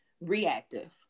reactive